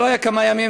זה לא היה כמה ימים,